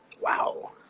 Wow